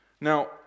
Now